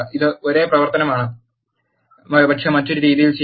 ഇത് ഒരേ പ്രവർത്തനമാണ് പക്ഷേ മറ്റൊരു രീതിയിൽ ചെയ്തു